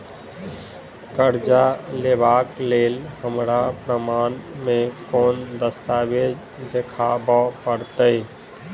करजा लेबाक लेल हमरा प्रमाण मेँ कोन दस्तावेज देखाबऽ पड़तै?